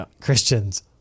Christians